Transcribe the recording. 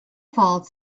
faults